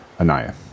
Anaya